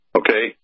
okay